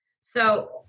So-